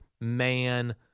man